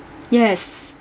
yes